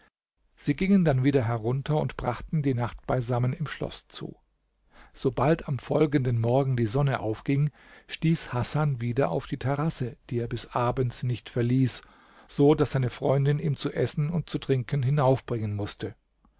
sie gingen dann wieder herunter und brachten die nacht beisammen im schloß zu sobald am folgenden morgen die sonne aufging stieß hasan wieder auf die terrasse die er bis abends nicht verließ so daß seine freundin ihm zu essen und zu trinken hinaufbringen mußte